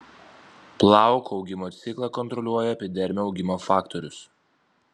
plauko augimo ciklą kontroliuoja epidermio augimo faktorius